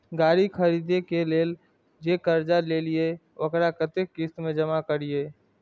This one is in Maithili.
गाड़ी खरदे के लेल जे कर्जा लेलिए वकरा कतेक किस्त में जमा करिए?